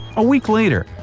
a week later,